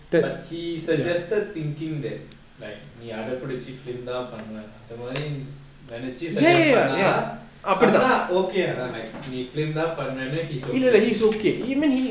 but he suggested thinking that like நீ அடம்புடிச்சி:nee adampudichi film தான் பண்ணுவனா அந்த மாறி:thaan pannuvana antha mari is நெனச்சு:nenachu suggest பண்ணுவனா அப்பனா:pannuvana appana okay தான்:than like நீ:nee film தான் பண்ணுவன்னு:than pannuvannu he's okay